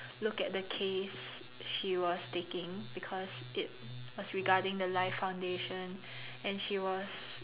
look at the case she was taking because it was regarding the Life Foundation and she was